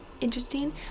Interesting